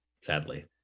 sadly